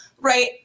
right